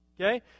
Okay